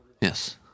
Yes